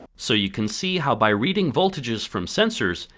so you can see how by reading voltages from sensors,